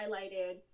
highlighted